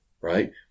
Right